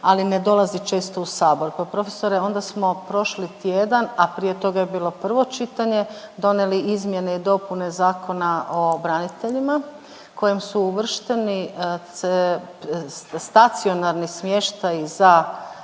ali ne dolazi često u Sabor, pa profesore onda smo prošli tjedan, a prije toga je bilo prvo čitanje donijeli izmjene i dopune Zakona o braniteljima kojim su uvršteni stacionarni smještaji za